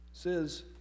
Says